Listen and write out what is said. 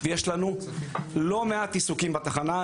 ויש לנו לא מעט עיסוקים בתחנה,